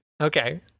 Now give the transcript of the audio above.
Okay